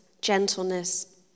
gentleness